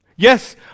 Yes